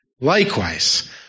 Likewise